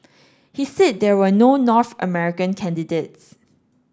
he said there were no North American candidates